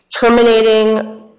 terminating